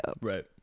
Right